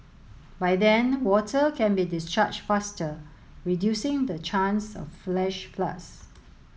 by then water can be discharged faster reducing the chance of flash floods